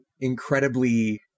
incredibly